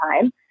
time